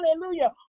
hallelujah